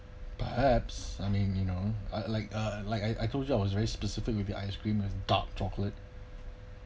perhaps I mean you know I like uh like I I told you I was very specific with the ice cream with dark chocolate